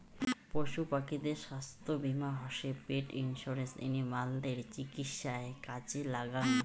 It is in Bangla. পশু পাখিদের ছাস্থ্য বীমা হসে পেট ইন্সুরেন্স এনিমালদের চিকিৎসায় কাজে লাগ্যাঙ